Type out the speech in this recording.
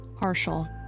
Partial